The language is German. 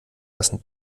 lassen